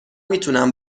میتونم